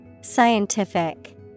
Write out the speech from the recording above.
Scientific